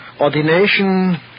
ordination